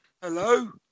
Hello